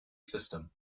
system